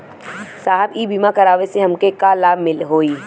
साहब इ बीमा करावे से हमके का लाभ होई?